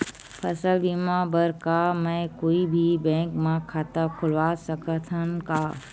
फसल बीमा बर का मैं कोई भी बैंक म खाता खोलवा सकथन का?